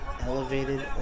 Elevated